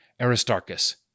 Aristarchus